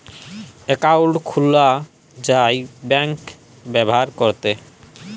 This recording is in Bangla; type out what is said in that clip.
একাউল্ট খুলা যায় ব্যাংক ব্যাভার ক্যরতে